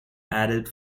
added